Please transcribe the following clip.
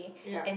ya